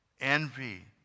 envy